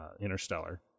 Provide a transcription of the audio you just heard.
interstellar